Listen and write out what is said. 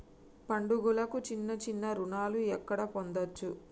పండుగలకు చిన్న చిన్న రుణాలు ఎక్కడ పొందచ్చు?